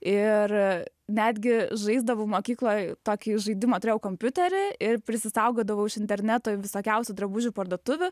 ir netgi žaisdavau mokykloj tokį žaidimą turėjau kompiuterį ir prisisaugodavau iš interneto visokiausių drabužių parduotuvių